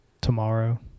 tomorrow